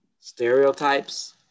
stereotypes